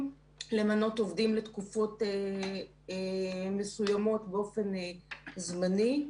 למנות עובדים לתקופות מסוימות באופן זמני.